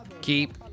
Keep